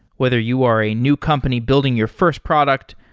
whether you are a new company building your first product,